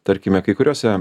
tarkime kai kuriose